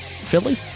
Philly